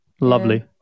lovely